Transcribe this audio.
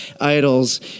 idols